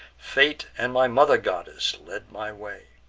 fate and my mother goddess led my way.